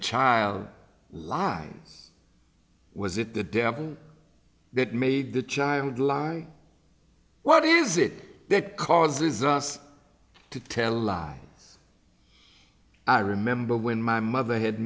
child lie was it the devil that made the child lie what is it that causes us to tell a lie i remember when my mother had